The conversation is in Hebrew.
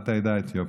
בת העדה האתיופית.